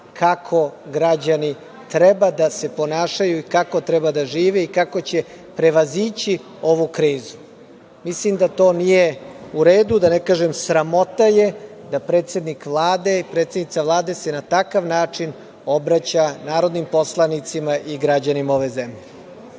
kako građani treba da se ponašaju i kako treba da žive i kako će prevazići ovu krizu. Mislim da to nije u redu, da ne kažem da je sramota da se predsednica Vlade na takav način obraća narodnim poslanicima i građanima ove zemlje.